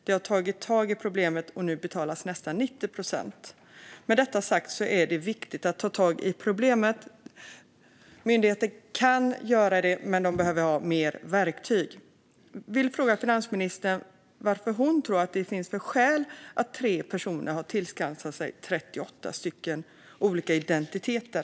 De har tagit tag i problemen och nu betalas nästan 90 procent. Med detta sagt är det viktigt att ta tag i problemet. Myndigheter kan göra det, men de behöver ha fler verktyg. Jag vill fråga finansministern vilka skäl hon tror kan finnas till att tre personer har tillskansat sig 38 olika identiteter.